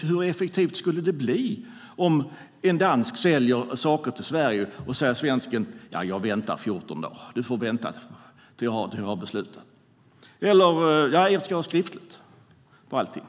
Hur effektivt skulle det bli om en dansk säljer saker till Sverige, och så säger svensken att du får vänta 14 dagar tills jag har beslutat mig. Eller också säger han: Jag ska ha skriftligt på allting.